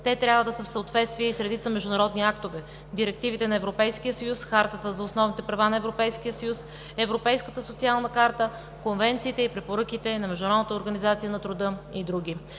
Те трябва да са в съответствие и с редица международни актове – директивите на Европейския съюз, Хартата за основните права на Европейския съюз, Европейската социална карта, конвенциите и препоръките на Международната организация на труда и други.